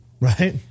Right